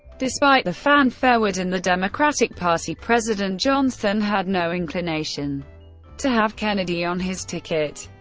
despite the fanfare within the democratic party, president johnson had no inclination to have kennedy on his ticket.